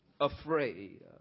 afraid